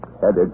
headed